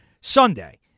Sunday